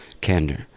candor